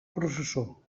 processó